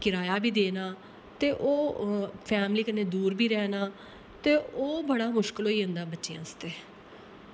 किराया बी देना ते ओह् फैमिली कन्नै दूर बी रैह्ना ते ओह् बड़ा मुशकल होई जंदा बच्चें आस्तै